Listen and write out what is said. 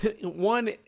one